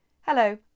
Hello